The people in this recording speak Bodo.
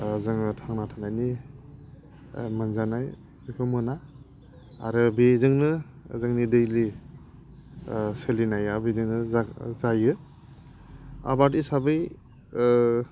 जोङो थांना थानायनि मोनजानाय बेखौ मोना आरो बेजोंनो जोंनि दैलि सोलिनाया बेजोंनो जायो आबाद हिसाबै